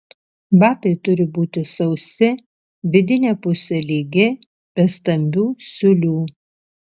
batai turi būti sausi vidinė pusė lygi be stambių siūlių